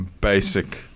basic